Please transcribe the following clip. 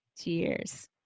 Cheers